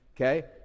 okay